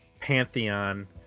pantheon